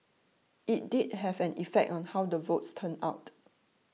it did have an effect on how the votes turned out